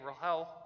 health